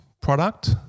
product